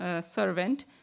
servant